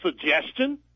suggestion